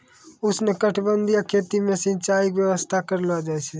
उष्णकटिबंधीय खेती मे सिचाई रो व्यवस्था करलो जाय छै